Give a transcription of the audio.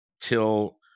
till